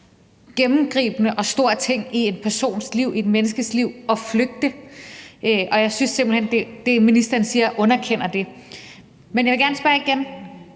gennemgribende og stor ting i en persons liv, i et menneskes liv, at flygte, og jeg synes simpelt hen, at det, ministeren siger, underkender det. Men jeg vil gerne spørge igen: